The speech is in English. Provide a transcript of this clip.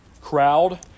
Crowd